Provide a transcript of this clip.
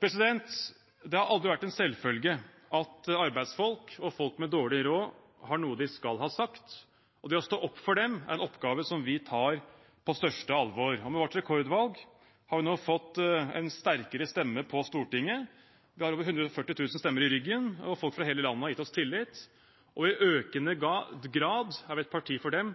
Det har aldri vært en selvfølge at arbeidsfolk og folk med dårlig råd har noe de skal ha sagt, og det å stå opp for dem er en oppgave vi tar på største alvor. Med vårt rekordvalg har vi nå fått en sterkere stemme på Stortinget. Vi har over 140 000 stemmer i ryggen, og folk fra hele landet har gitt oss tillit. I økende grad er vi et parti for dem